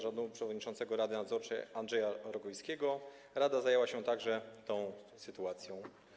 Zarządu przewodniczącego Rady Nadzorczej Andrzeja Rogoyskiego rada zajęła się także tą sytuacją.